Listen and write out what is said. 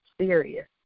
serious